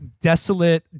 desolate